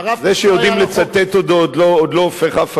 אין על כך ויכוח.